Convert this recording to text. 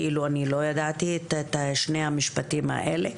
אני לא ידעתי את שני המשפטים האלה?